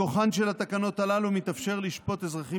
מכוחן של התקנות הללו מתאפשר לשפוט אזרחים